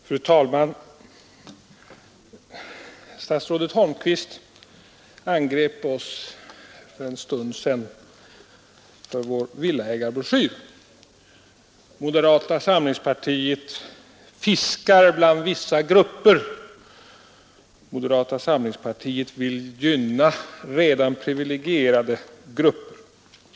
Fru talman! Statsrådet Holmqvist angrep oss för en stund sedan för vår villaägarbroschyr. Moderata samlingspartiet fiskar bland vissa grupper och vill gynna redan privilegierade grupper, ansåg statsrådet.